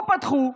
באו, פתחו,